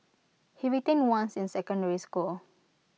he retained once in secondary school